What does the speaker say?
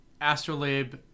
Astrolabe